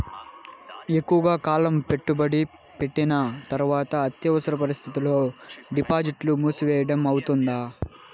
ఎక్కువగా కాలం పెట్టుబడి పెట్టిన తర్వాత అత్యవసర పరిస్థితుల్లో డిపాజిట్లు మూసివేయడం అవుతుందా?